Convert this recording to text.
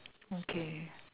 okay